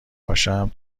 باشم